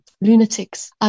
lunatics